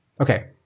Okay